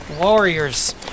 warriors